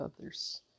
others